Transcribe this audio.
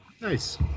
Nice